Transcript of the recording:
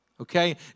Okay